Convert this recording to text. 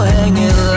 Hanging